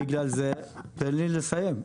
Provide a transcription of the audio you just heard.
בגלל זה תן לי לסיים.